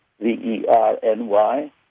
V-E-R-N-Y